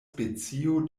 specio